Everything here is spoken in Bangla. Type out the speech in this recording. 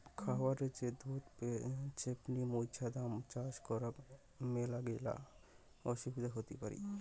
খায়ারে যে দুধ ছেপনি মৌছুদাম চাষ করাং মেলাগিলা অসুবিধা হতি পারি